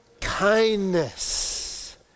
kindness